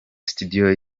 studio